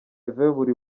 buri